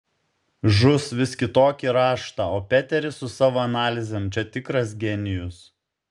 žus vis kitokį raštą o peteris su savo analizėm čia tikras genijus